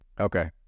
Okay